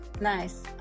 Nice